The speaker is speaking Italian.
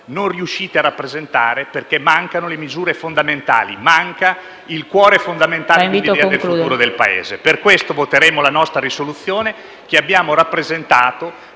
non riuscite a rappresentare perché mancano le misure fondamentali: manca il cuore di un'idea del futuro del Paese. Per questo voteremo la nostra risoluzione, che abbiamo rappresentato